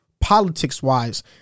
Politics-wise